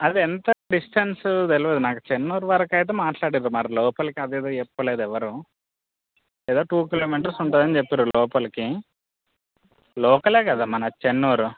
అది ఎంత డిస్టెన్స్ తెలియదు నాకు చెన్నూరు వరకు అయితే మాట్లాడారు మరి లోపలికి అదేదో చెప్పలేదు ఎవ్వరూ ఏదో టూ కిలోమీటర్స్ ఉంటుందని చెప్పారు లోపలికి లోకలే కదా మన చెన్నూరు